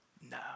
No